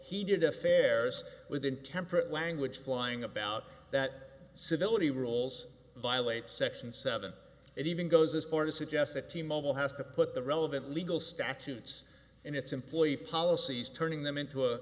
did affairs with intemperate language flying about that civility rules violate section seven it even goes as far to suggest that t mobile has to put the relevant legal statutes in its employee policies turning them into a